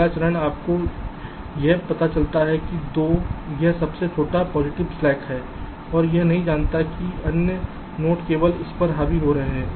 अगला चरण आपको यह पता चलता है 2 यह सबसे छोटा पॉजिटिव स्लैक है और यह नहीं जानता है कि अन्य नोड केवल इस पर हावी हो रहे हैं